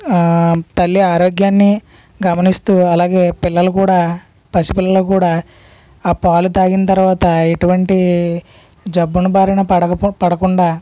తల్లి ఆరోగ్యాన్ని గమనిస్తు అలాగే పిల్లలు కూడా పసిపిల్లలు కూడా ఆ పాలు తాగిన తర్వాత ఎటువంటి జబ్బున బారిన పడక పడకుండా